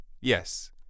Yes